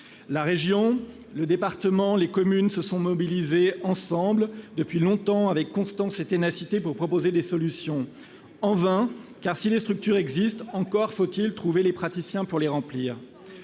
La région, le département et les communes se sont mobilisés depuis longtemps, avec constance et ténacité, pour proposer des solutions. En vain, car, si les structures existent, encore faut-il trouver les praticiens pour les remplir